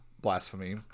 blasphemy